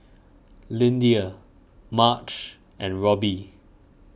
Lyndia Marge and Robby